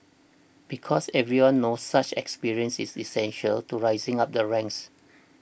because everyone knows such experience is essential to rising up the ranks